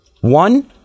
One